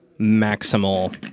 maximal